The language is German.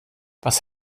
was